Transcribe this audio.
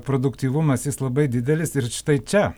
produktyvumas jis labai didelis ir štai čia